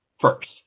first